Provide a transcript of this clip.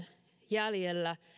jäljellä